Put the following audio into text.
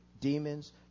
demons